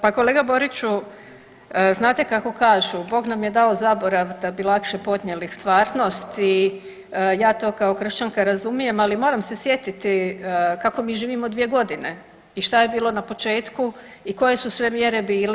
Pa kolega Boriću, znate kako kažu bog nam je dao zaborav da bi lakše podnijeli stvarnost i ja to kao kršćanka razumijem, ali moram se sjetiti kako mi živimo dvije godine i šta je bilo na početku i koje su sve mjere bile.